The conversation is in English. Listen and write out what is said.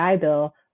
Bill